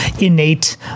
innate